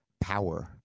power